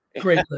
Great